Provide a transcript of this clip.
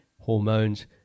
hormones